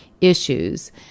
issues